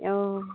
অঁ